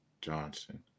Johnson